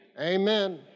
Amen